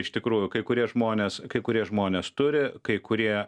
iš tikrųjų kai kurie žmonės kai kurie žmonės turi kai kurie